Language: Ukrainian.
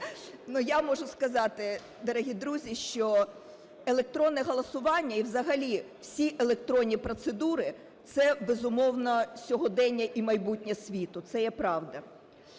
я можу сказати, дорогі друзі, що електронне голосування і взагалі всі електронні процедури – це, безумовно, сьогодення і майбутнє світу, це є правда.